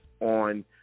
on